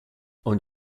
und